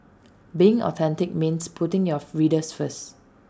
being authentic means putting your readers first